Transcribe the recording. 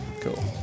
Cool